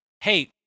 hey